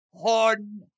Harden